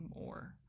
more